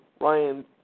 Ryan